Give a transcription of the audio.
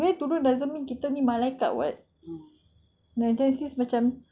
so why are you judging just because we wear tudung wear tudung doesn't mean yang kita ni malaikat [what]